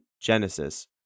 genesis